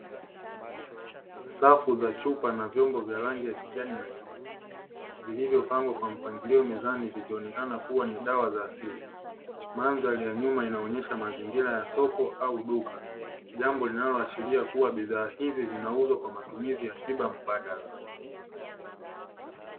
Safu za chupa na vyombo vya rangi ya kijani na nyeupe, vilivyopangwa kwa mpangilio mezani vikionekana kuwa ni dawa za asili. Mandhari ya nyuma inaonyesha mazingira ya soko au duka jambo linaloashiria kuwa bidhaa hizi zinauzwa kwa matumizi ya tiba mbadala.